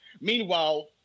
meanwhile